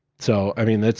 so, i mean,